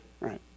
right